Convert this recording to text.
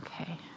Okay